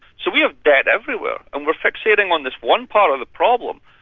so we have debt everywhere, and we're fixating on this one part of the problem,